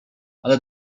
ale